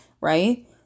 right